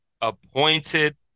appointed